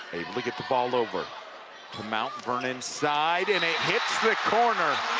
they get the ball over to mount vernon's side and it hits the corner.